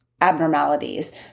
abnormalities